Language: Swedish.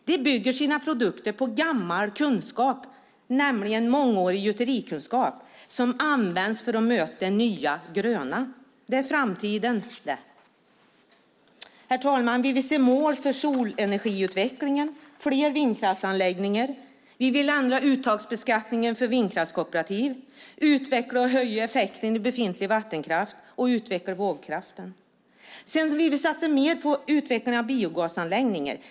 De bygger sina produkter på gammal kunskap, nämligen mångårig gjuterikunskap, som används för att möta det nya gröna. Det är framtiden, det! Herr talman! Vi vill se mål för solenergiutvecklingen och fler vindkraftsanläggningar. Vi vill ändra uttagsbeskattningen för vindkraftskooperativ, utveckla och höja effekten i befintlig vattenkraft och utveckla vågkraften. Vi vill satsa mer på utvecklingen av biogasanläggningar.